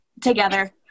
together